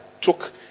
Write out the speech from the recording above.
took